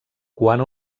quan